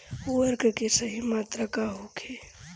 उर्वरक के सही मात्रा का होखे?